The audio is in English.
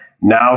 now